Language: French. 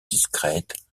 discrète